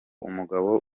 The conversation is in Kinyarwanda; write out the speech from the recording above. umugabo